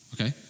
Okay